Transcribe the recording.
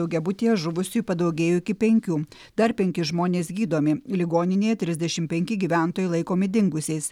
daugiabutyje žuvusiųjų padaugėjo iki penkių dar penki žmonės gydomi ligoninėje trisdešim penki gyventojai laikomi dingusiais